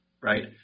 right